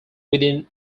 within